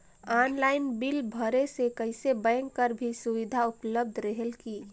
Online bill भरे से कइसे बैंक कर भी सुविधा उपलब्ध रेहेल की?